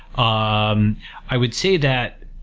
um i would say that,